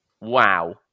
Wow